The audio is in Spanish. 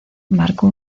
marco